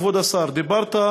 כבוד השר: דיברת,